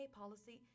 policy